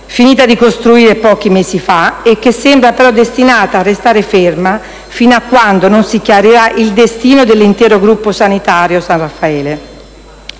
finita di costruire pochi mesi fa e che sembra però destinata a restare ferma fino a quando non si chiarirà il destino dell'intero gruppo sanitario San Raffaele.